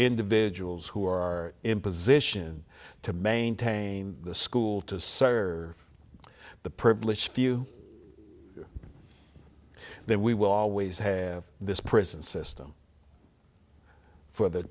individuals who are in position to maintain the school to serve the privileged few then we will always have this prison system for the